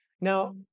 now